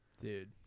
dude